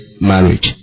marriage